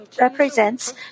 represents